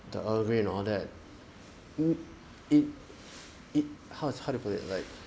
the earl grey and all that it it it how to how to put it right